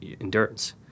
endurance